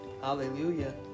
Hallelujah